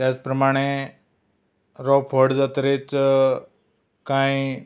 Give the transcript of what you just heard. तेच प्रमाणे रोंप व्हड जातरीच कांय